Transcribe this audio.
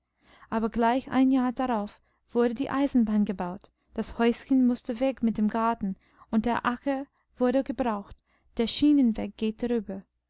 aber gleich ein jahr darauf wurde die eisenbahn gebaut das häuschen mußte weg mit dem garten und der acker wurde gebraucht der schienenweg geht darüber